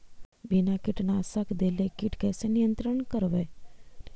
बिना कीटनाशक देले किट कैसे नियंत्रन करबै?